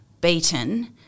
beaten